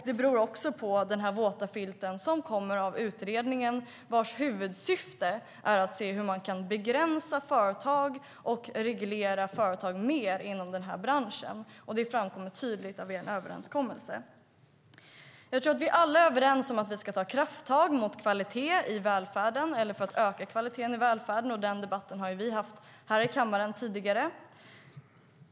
Det beror också på den våta filt som följer av utredningen vars huvudsyfte är att se hur man kan begränsa företag och reglera företag mer inom denna bransch. Det framkommer tydligt av er överenskommelse. Jag tror att vi alla är överens om att vi ska ta krafttag för att öka kvaliteten i välfärden. Den debatten har vi haft här i kammaren tidigare.